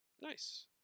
nice